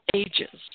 ages